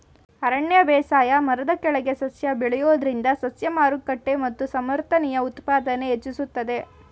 ಅರಣ್ಯ ಬೇಸಾಯ ಮರದ ಕೆಳಗೆ ಸಸ್ಯ ಬೆಳೆಯೋದ್ರಿಂದ ಸಸ್ಯ ಮಾರುಕಟ್ಟೆ ಮತ್ತು ಸಮರ್ಥನೀಯ ಉತ್ಪಾದನೆ ಹೆಚ್ಚಿಸ್ತದೆ